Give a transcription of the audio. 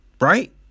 Right